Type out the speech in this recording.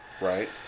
Right